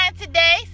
today